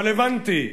אבל הבנתי,